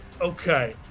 Okay